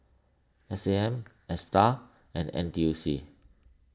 S A M Astar and N T U C